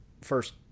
first